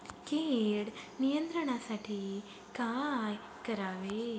कीड नियंत्रणासाठी काय करावे?